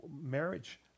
marriage